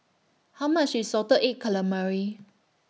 How much IS Salted Egg Calamari